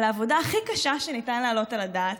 בעבודה הכי קשה שניתן להעלות על הדעת,